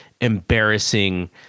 embarrassing